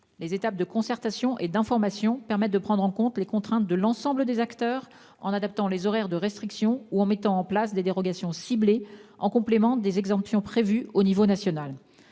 Les étapes de concertation et d'information permettent de prendre en compte les contraintes de l'ensemble des acteurs, en adaptant les horaires de restriction ou en instituant des dérogations ciblées en complément des exemptions prévues à l'échelle nationale.